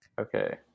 Okay